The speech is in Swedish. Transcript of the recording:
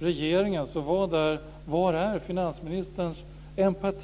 regeringens och finansministerns empati?